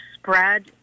spread